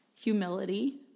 Humility